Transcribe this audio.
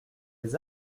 les